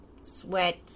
sweat